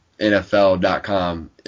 NFL.com